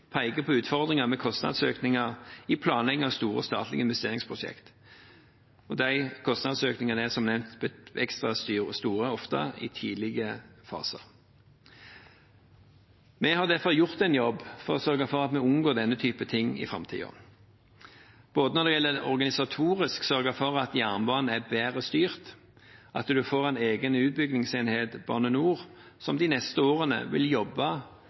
peker på utfordringer med kostnadsøkninger i planlegging av store statlige investeringsprosjekter. De kostnadsøkningene er, som nevnt, ofte blitt ekstra store i tidlige faser. Vi har derfor gjort en jobb for å sørge for at vi unngår denne typen ting i framtiden – hvordan vi organisatorisk sørger for at jernbanen er bedre styrt, at en får en egen utbyggingsenhet, Bane NOR, som de neste årene vil jobbe